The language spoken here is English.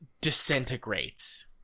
disintegrates